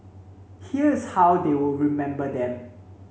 here's how they will remember them